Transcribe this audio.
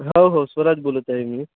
हो हो स्वराज बोलत आहे मी